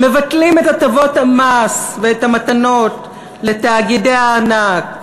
מבטלים את הטבות המס ואת המתנות לתאגידי הענק.